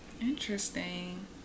interesting